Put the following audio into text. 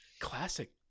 classic